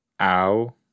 Ow